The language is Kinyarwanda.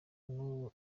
n’ubu